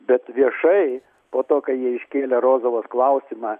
bet viešai po to kai jie iškėlė rozovos klausimą